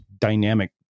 dynamic